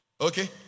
Okay